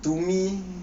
to me